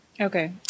Okay